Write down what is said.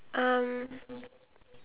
alright